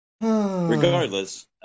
regardless